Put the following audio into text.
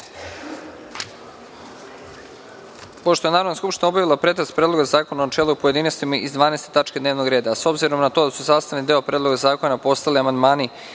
je Narodna skupština obavila pretres Predloga zakona u načelu u pojedinostima iz 12. tačke dnevnog reda, a s obzirom na to da su sastavni deo Predloga zakona postali amandmani